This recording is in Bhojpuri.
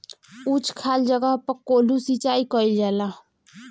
उच्च खाल जगह पर कोल्हू सिचाई कइल जाला